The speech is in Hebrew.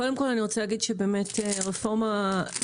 קודם כל אני רוצה להגיד שזו רפורמה מבורכת.